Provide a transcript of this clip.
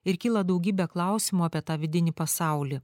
ir kyla daugybė klausimų apie tą vidinį pasaulį